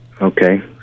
okay